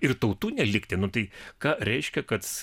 ir tautų nelikti nu tai ką reiškia kad